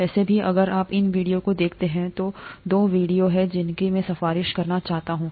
वैसे भी अगर आप इन वीडियो को देखते हैं तो दो वीडियो हैं जिनकी मैं सिफारिश करना चाहता हूं